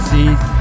See